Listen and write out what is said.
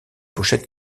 pochette